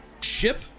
ship